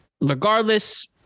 regardless